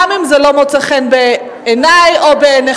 גם אם זה לא מוצא חן בעיני או בעיניכם.